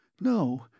no